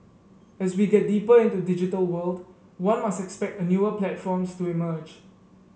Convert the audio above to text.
as we get deeper into digital world one must expect a newer platforms to emerge